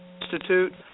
Institute